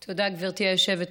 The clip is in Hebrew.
תודה, גברתי היושבת-ראש.